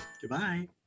Goodbye